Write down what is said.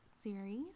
series